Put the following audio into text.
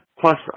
Plus